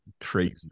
crazy